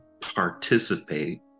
participate